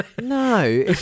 No